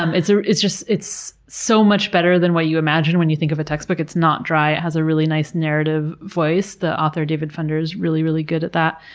um it's ah it's just, it's so much better than what you imagine when you think of a textbook. it's not dry, it has a really nice narrative voice. the author, david funder, is really, really good at that.